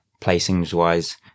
placings-wise